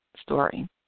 story